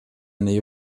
nähe